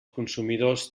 consumidors